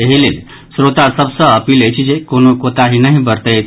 एहि लेल श्रोता सभ सँ अपील अछि जे कोनो कोताहि नहि बरतैथ